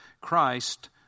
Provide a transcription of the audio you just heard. Christ